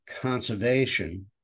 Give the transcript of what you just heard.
conservation